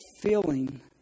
feeling